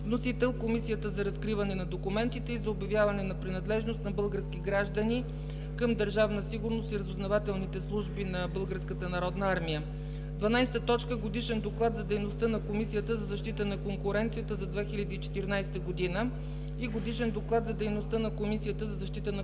Вносител е Комисията за разкриване на документите и за обявяване на принадлежност на български граждани към Държавна сигурност и разузнавателните служби на Българската народна армия. 12. Годишен доклад за дейността на Комисията за защита на конкуренцията за 2014 г. и Годишен доклад за дейността на Комисията за защита на